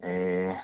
ए